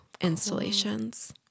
installations